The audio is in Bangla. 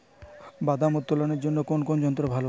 বাদাম উত্তোলনের জন্য কোন যন্ত্র ভালো?